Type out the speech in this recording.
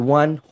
one